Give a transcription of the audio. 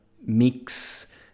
mix